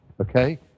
okay